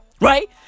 right